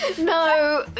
No